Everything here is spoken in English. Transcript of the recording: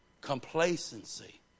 Complacency